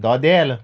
दोदेल